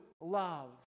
love